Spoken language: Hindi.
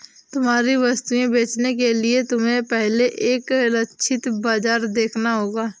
तुम्हारी वस्तुएं बेचने के लिए तुम्हें पहले एक लक्षित बाजार देखना होगा